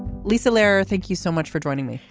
lisa lerer thank you so much for joining me.